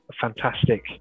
fantastic